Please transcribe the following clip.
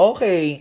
Okay